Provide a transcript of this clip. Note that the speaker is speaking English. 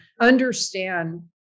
understand